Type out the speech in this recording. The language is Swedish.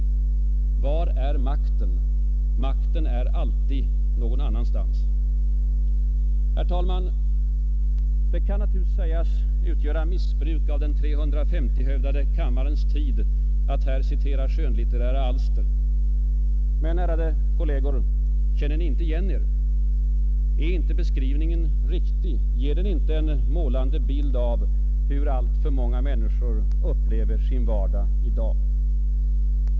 Var är makten? Makten är alltid någon annanstans.” Att citera skönlitterära alster kan sägas utgöra missbruk av den 350-hövdade kammarens tid. Men, ärade kolleger, känner ni inte igen er? Är inte beskrivningen riktig? Ger den inte en målande bild av hur alltför många människor upplever sin vardag i dag?